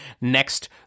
next